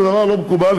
זה דבר לא מקובל,